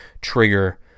trigger